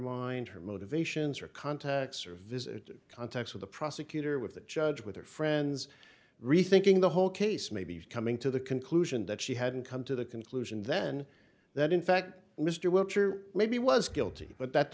mind her motivations or contacts or visited contacts with a prosecutor with the judge with her friends rethinking the whole case maybe coming to the conclusion that she hadn't come to the conclusion then that in fact mr welch or maybe was guilty but that